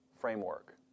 framework